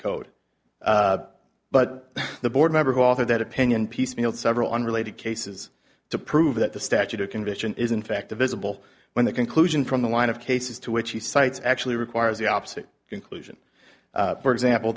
code but the board member who authored that opinion piecemeal several unrelated cases to prove that the statute or condition is in fact a visible when the conclusion from the line of cases to which he cites actually requires the opposite conclusion for example